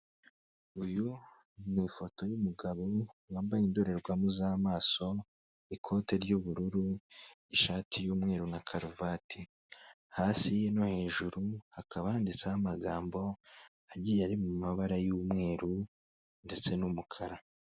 Uyu ni ifoto y'umugabo wambaye indorerwamo z'amaso, ikote ry'ubururu, ishati y'umweru na karuvate, hasi no hejuru hakaba handitseho amagambo agiye ari mu mabara y'umweru ndetse n'umukara.